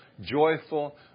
joyful